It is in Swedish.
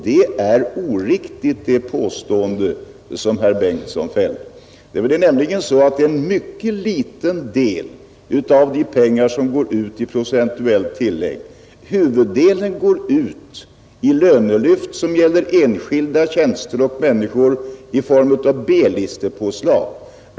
Det påstående som herr Bengtson fällde är oriktigt. Det är nämligen så att en mycket liten del av pengarna går ut i procentuella tillägg. Huvuddelen går at i lönelyft som gäller enskilda tjänster och människor i form av B-listepåslag.